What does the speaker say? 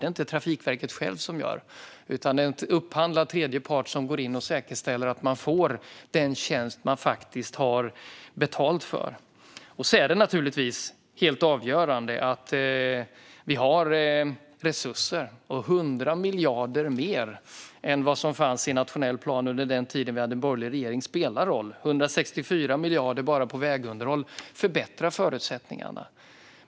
Det är det inte Trafikverket självt som gör, utan det är en upphandlad tredje part som går in och säkerställer att man får den tjänst man faktiskt har betalat för. Det är naturligtvis helt avgörande att vi har resurser. 100 miljarder mer än vad som fanns i den nationella planen under den tid vi hade borgerlig regering spelar en stor roll. 164 miljarder bara på vägunderhåll förbättrar förutsättningarna.